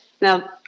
Now